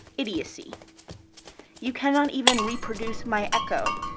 idiocy you cannot even reproduce my echo.